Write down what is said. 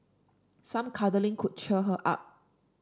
some cuddling could cheer her up